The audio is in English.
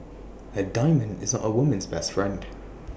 A diamond is A woman's best friend